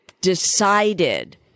decided